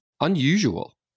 unusual